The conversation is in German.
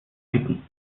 picken